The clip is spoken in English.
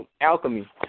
alchemy